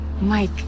Mike